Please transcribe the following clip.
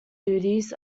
duties